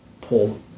pull